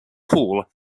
paul